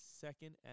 second